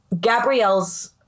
Gabrielle's